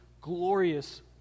glorious